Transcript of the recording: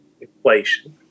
inflation